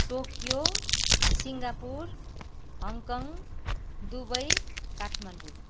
Tokyo Singapore Hong Kong Dubai Kathmandu